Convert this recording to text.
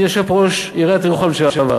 הנה, יושב פה ראש עיריית ירוחם לשעבר.